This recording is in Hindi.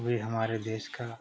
यह हमारे देश का